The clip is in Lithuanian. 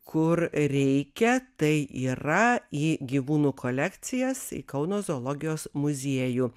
kur reikia tai yra į gyvūnų kolekcijas į kauno zoologijos muziejų